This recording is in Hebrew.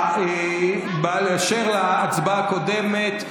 באשר להצבעה הקודמת: